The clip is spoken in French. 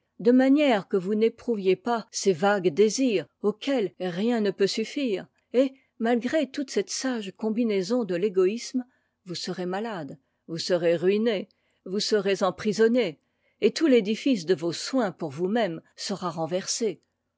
de manière que vous n'éprouviez pas oes vagues désirs auxquels rien ne peut suffire et malgré toute cette sage combinaison de t'égotsme vous serez malade vous serez ruiné vous serez emprisonné et tout l'édifice de vos soins pour vous-même sera